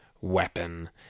weapon